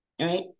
right